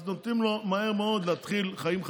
אז נותנים לו מהר מאוד להתחיל חיים חדשים,